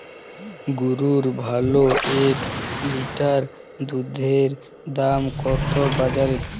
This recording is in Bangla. গরুর ভালো এক লিটার দুধের দাম কত বাজারে?